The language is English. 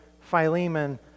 Philemon